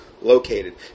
located